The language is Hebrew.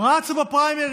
הם רצו בפריימריז,